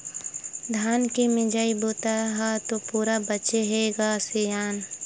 धान के मिजई बूता ह तो पूरा बाचे हे ग सियान